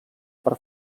per